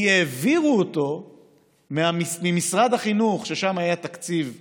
כי העבירו אותו ממשרד החינוך, ששם היה תקציב גדול,